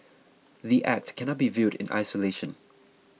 the A C T cannot be viewed in isolation